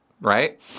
right